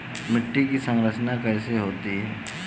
मिट्टी की संरचना कैसे होती है?